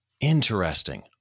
Interesting